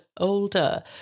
older